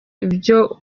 ibyo